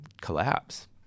collapse